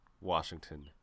Washington